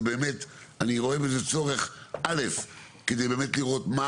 באמת אני רואה בזה צורך א' כדי באמת לראות מה